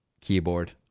keyboard